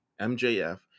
mjf